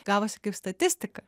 gavosi kaip statistika